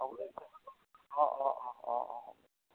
হ'ব দে তে অ' অ' অ' অ' অ'